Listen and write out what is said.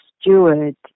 steward